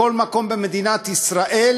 בכל מקום במדינת ישראל,